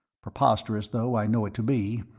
preposterous though i know it to be,